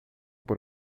por